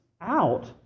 out